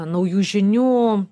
naujų žinių